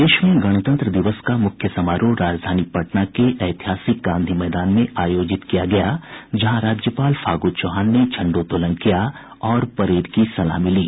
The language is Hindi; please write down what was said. प्रदेश में गणतंत्र दिवस का मुख्य समारोह राजधानी पटना के ऐतिहासिक गांधी मैदान में आयोजित किया गया जहां राज्यपाल फागू चौहान ने झंडोत्तोलन किया और परेड की सलामी ली